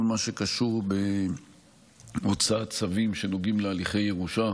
מה שקשור בהוצאת צווים שנוגעים להליכי ירושה,